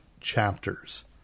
chapters